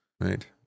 right